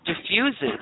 diffuses